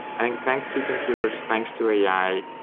and thanks to computers, thanks to ai,